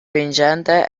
vincente